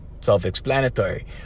self-explanatory